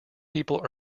people